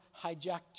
hijacked